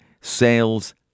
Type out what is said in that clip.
sales